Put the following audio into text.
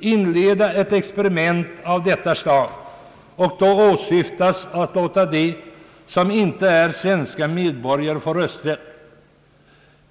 inleda ett experiment av detta slag...» Därmed åsyftas att låta de personer som inte är svenska medborgare få rösträtt.